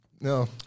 No